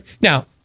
Now